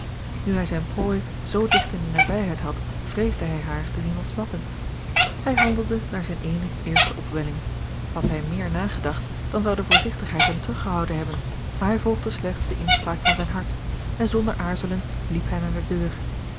nu hij zijne prooi zoo digt in de nabijheid had vreesde hij haar te zien ontsnappen hij handelde naar zijne eene eerste opwelling had hij meer nagedacht dan zou de voorzigtigheid hem teruggehouden hebben maar hij volgde slechts de inspraak van zijn hart en zonder aarzelen liep hij naar de deur